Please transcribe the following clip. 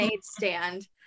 stand